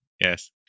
Yes